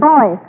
Boy